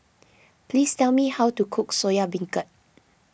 please tell me how to cook Soya Bancurd